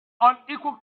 unequal